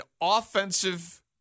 offensive